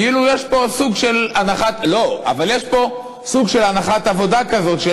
כאילו יש פה סוג של הנחת עבודה כזאת,